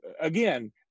again